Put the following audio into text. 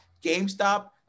GameStop